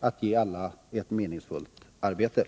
att ge alla ett meningsfullt arbete.